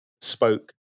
spoke